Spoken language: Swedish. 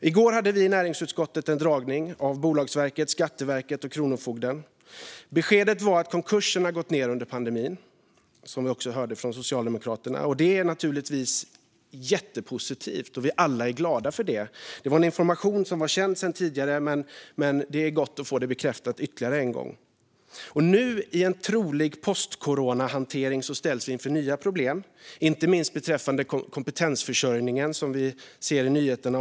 I går hade vi i näringsutskottet en dragning av Bolagsverket, Skatteverket och Kronofogden. Beskedet var att konkurserna har gått ned i antal under pandemin, vilket vi också hörde från Socialdemokraterna. Det är naturligtvis jättepositivt, och vi alla är glada för det. Den informationen var känd sedan tidigare, men det var gott att få det bekräftat ytterligare en gång. Nu i en trolig post corona-hantering ställs vi inför nya problem, inte minst beträffande kompetensförsörjningen, som vi ser om på nyheterna.